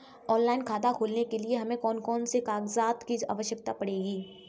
Online खाता खोलने के लिए हमें कौन कौन से कागजात की आवश्यकता पड़ेगी?